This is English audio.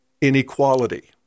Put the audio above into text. inequality